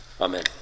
Amen